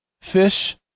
fish